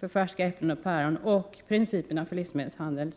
på färska äpplen och päron samtidigt som principerna för livsmedelshandeln.